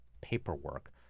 paperwork